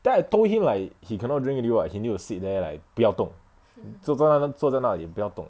then I told him like he cannot drink already [what] he need to sit there like 不要动坐在那坐在那里不要动